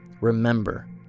Remember